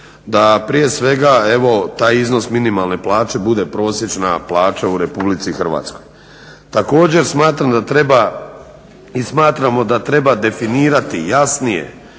da prije svega taj iznos minimalne plaće bude prosječna plaća u RH. Također smatram da treba i smatramo da treba definirati jasnije